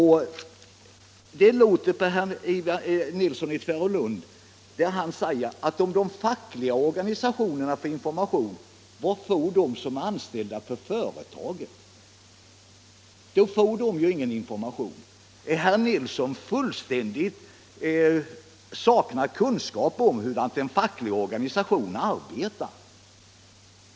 Herr Nilsson i Tvärålund frågar: Om de fackliga organisationerna får information, vad får de som är anställda vid företaget? Då får de ingen information, säger han. Saknar herr Nilsson fullständigt kunskap om hur en facklig organisation arbetar?